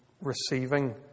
receiving